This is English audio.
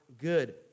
good